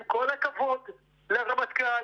עם כל הכבוד לרמטכ"ל,